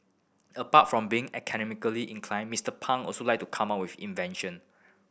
apart from being academically inclined Mister Pang also like to come up with invention